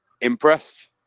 impressed